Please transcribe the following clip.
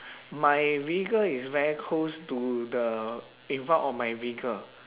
my vehicle is very close to the in front of my vehicle